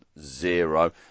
zero